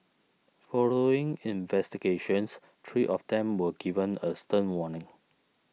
following investigations three of them were given a stern warning